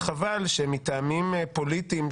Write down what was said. וחבל שמטעמים פוליטיים,